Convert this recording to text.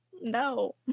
No